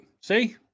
See